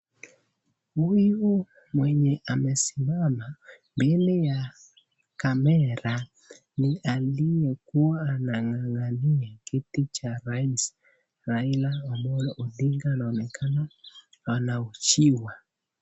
Huyu mwenye amesimama mbele ya kamera ni aliyekua anawania kiti cha urais Raila Amolo Odinga na anaonekana anahojiwa.